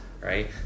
right